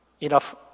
enough